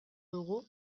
dugu